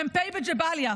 מ"פ בג'באליה,